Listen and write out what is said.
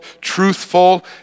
truthful